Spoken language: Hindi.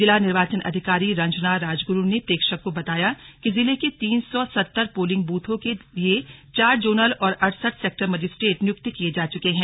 जिला निर्वाचन अधिकारी रंजना राजगुरू ने प्रेक्षक को बताया कि जिले के तीन सौ सत्तर पोलिंग बूथों के लिए चार जोनल और अड़सठ सैक्टर मजिस्ट्रेट नियुक्त किये जा चुके हैं